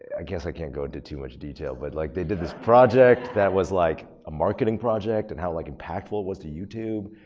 i guess i can't go in to too much detail, but like, they did this project that was like a marketing project and how like impactful it was to youtube.